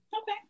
Okay